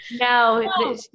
No